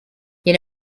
you